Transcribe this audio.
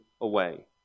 away